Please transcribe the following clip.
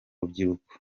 rubyiruko